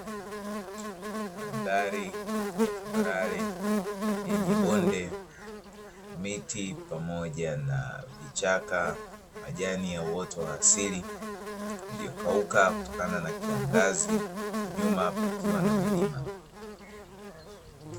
Mandhari tambarare yenye bonde, miti pamoja na vichaka, majani ya uoto wa asili yaliyokauka kutokana na kiangazi; nyuma kukiwa na milima.